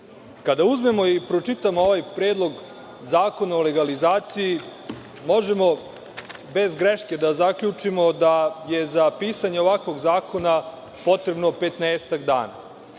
uzmemo i pročitamo ovaj Predlog zakona o legalizaciji možemo bez greške da zaključimo da je za pisanje ovakvog zakona potrebno petnaestak dana